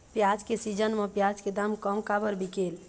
प्याज के सीजन म प्याज के दाम कम काबर बिकेल?